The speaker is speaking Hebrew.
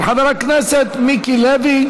של חבר הכנסת מיקי לוי.